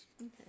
Okay